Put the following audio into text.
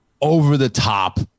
over-the-top